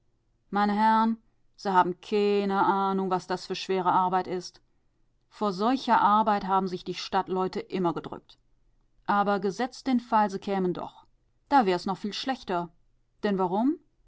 meine herr'n se haben keene ahnung was das für schwere arbeit is vor solcher arbeit haben sich die stadtleute immer gedrückt aber gesetzt den fall se kämen doch da wär's noch viel schlechter denn warum